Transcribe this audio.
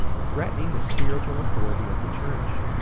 threatening the spiritual authority of the church.